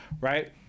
right